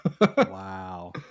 wow